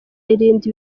irinde